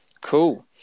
Cool